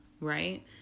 right